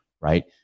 right